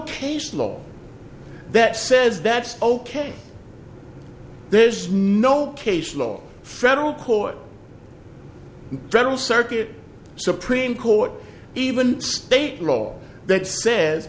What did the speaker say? case law that says that's ok there's no case law federal court federal circuit supreme court even state law that says